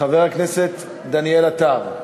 חבר הכנסת דניאל עטר.